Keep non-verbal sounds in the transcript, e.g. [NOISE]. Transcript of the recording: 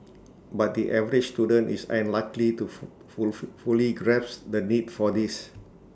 but the average student is unlikely to [UNINTELLIGIBLE] fully grasp the need for this